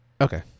okay